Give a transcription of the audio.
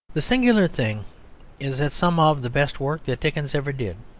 the singular thing is that some of the best work that dickens ever did,